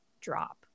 drop